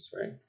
right